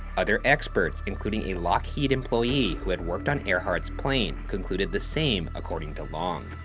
other experts, including a lockheed employee who had worked on earhart's plane concluded the same, according to long.